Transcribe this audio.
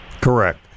Correct